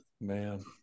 man